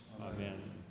Amen